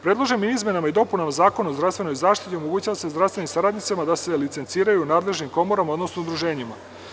Predloženim izmenama i dopunama Zakona o zdravstvenoj zaštiti omogućava se zdravstvenim saradnicima da se licenciraju u nadležnim komorama, odnosno udruženjima.